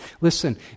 Listen